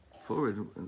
forward